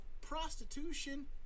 prostitution